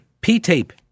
P-tape